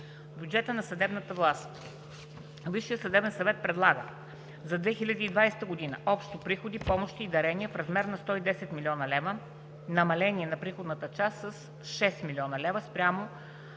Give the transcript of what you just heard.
Бюджет на съдебната власт. Висшият съдебен съвет предлага за 2020 г.: Общо приходи, помощи и дарения в размер на 110,0 млн. лв. – намаление на приходната част с 6 млн. лв. спрямо